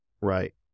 Right